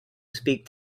speak